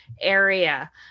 area